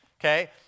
Okay